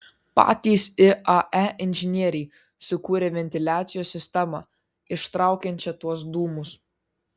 patys iae inžinieriai sukūrė ventiliacijos sistemą ištraukiančią tuos dūmus